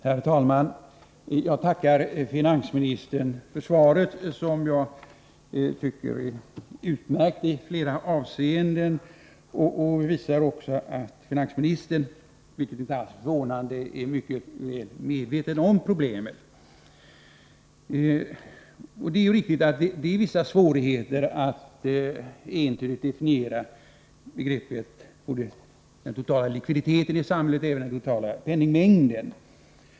Herr talman! Jag tackar finansministern för svaret, som jag tycker är utmärkt i flera avseenden. Det visar också att finansministern, vilket inte alls är förvånande, är mycket väl medveten om problemet. Det finns vissa svårigheter att entydigt definiera vad som bör ingå i begreppet likviditet när det gäller den totala likviditeten i samhället och även vad som avses med den totala penningmängden.